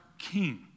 king